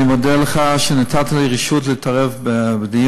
אני מודה לך על כך שנתת לי רשות להתערב בדיון.